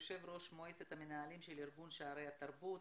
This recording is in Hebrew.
יושב ראש מועצת המנהלים של ארגון שערי התרבות,